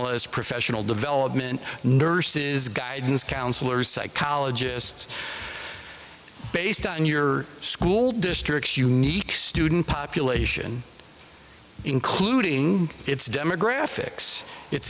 as professional development nurses guidance counselors psychologists based on your school districts unique student population including its demographics it